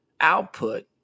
output